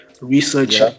research